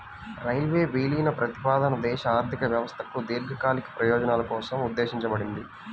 railway విలీన ప్రతిపాదన దేశ ఆర్థిక వ్యవస్థకు దీర్ఘకాలిక ప్రయోజనాల కోసం ఉద్దేశించబడింది